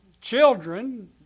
children